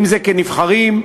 אם כנבחרים,